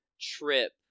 trip